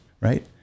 Right